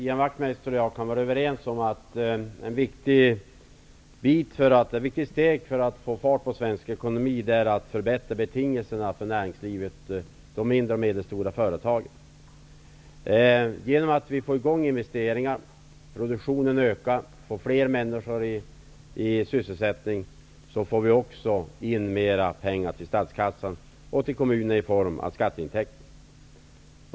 Herr talman! Jag tror att Ian Wachtmeister och jag kan vara överens om att ett viktigt steg för att få fart på svensk ekonomi är att förbättra betingelserna för näringslivet, för de mindre och medelstora företagen. Genom att investeringar kommer i gång, produktionen ökar och fler människor har sysselsättning, får vi också in mera pengar till statskassan och till kommunerna i form av skatteintäkter.